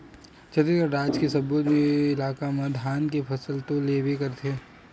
छत्तीसगढ़ राज के सब्बो इलाका म धान के फसल तो लेबे करथे